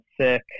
sick